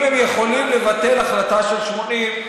אם הם יכולים לבטל החלטה של 80,